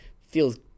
feels